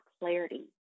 clarity